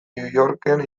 yorken